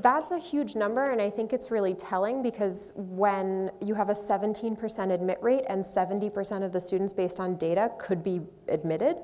that's a huge number and i think it's really telling because when you have a seventeen percent admit rate and seventy percent of the students based on data could be admitted